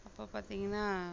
அப்போ பார்த்தீங்கன்னா